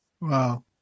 Wow